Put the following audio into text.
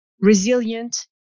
resilient